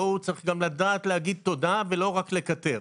צריך גם לדעת להגיד תודה ולא רק לקטר.